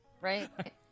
Right